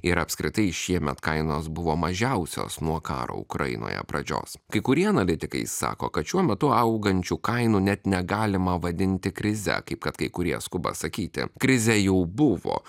ir apskritai šiemet kainos buvo mažiausios nuo karo ukrainoje pradžios kai kurie analitikai sako kad šiuo metu augančių kainų net negalima vadinti krize kaip kad kai kurie skuba sakyti krizė jau buvo